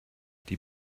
die